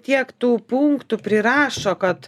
tiek tų punktų prirašo kad